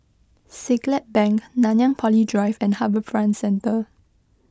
Siglap Bank Nanyang Poly Drive and HarbourFront Centre